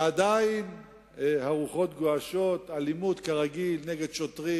ועדיין הרוחות גועשות, אלימות, כרגיל, נגד שוטרים.